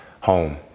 home